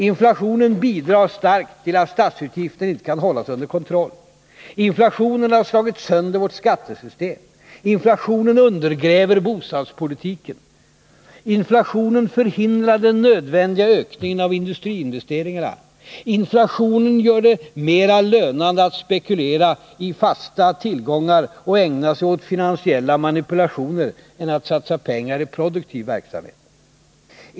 Inflationen bidrar starkt till att statsutgifterna inte kan hållas under kontroll. Inflationen har slagit sönder vårt skattesystem. Inflationen undergräver bostadspolitiken. Inflationen förhindrar den nödvändiga ökningen av industriinvesteringarna. Inflationen gör det mer lönande att spekulera i fasta tillgångar och ägna sig åt finansiella manipulationer än att satsa pengar i produktiv verksamhet.